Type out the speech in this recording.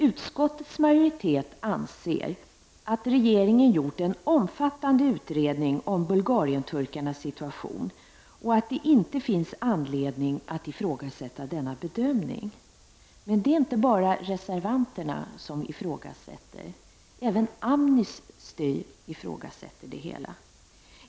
Utskottets majoritet anser att regeringen gjort en omfattande utredning om bulgarienturkarnas situation och att det inte finns anledning att ifrågasätta denna bedömning. Men det är inte bara reservanterna som ifrågasätter detta. Även Amnesty International ifrågasätter det hela.